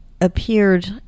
appeared